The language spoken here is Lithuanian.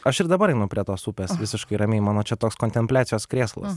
aš ir dabar einu prie tos upės visiškai ramiai mano čia toks kontempliacijos krėslas